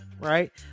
right